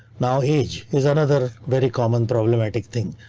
now age is another very common problematic thing.